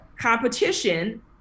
competition